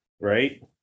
right